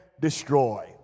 destroy